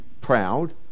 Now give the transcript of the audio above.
proud